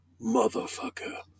motherfucker